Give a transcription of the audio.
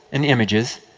and images,